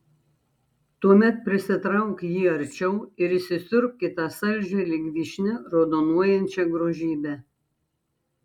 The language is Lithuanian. tuomet prisitrauk jį arčiau ir įsisiurbk į tą saldžią lyg vyšnia raudonuojančią grožybę